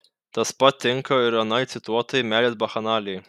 tas pat tinka ir anai cituotai meilės bakchanalijai